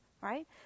right